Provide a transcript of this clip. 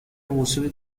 موسیقی